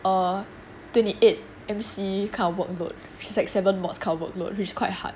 err twenty eight M_C kind of workload which is like seven modules kind of workload which quite hard